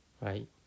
Right